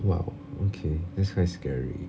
!wow! okay that's very scary